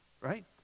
right